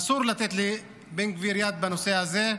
אסור לתת לבן גביר יד בנושא הזה,